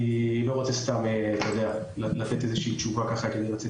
אני לא רוצה סתם לפלוט תשובה כדי לצאת